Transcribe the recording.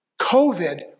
COVID